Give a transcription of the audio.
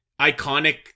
iconic